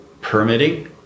permitting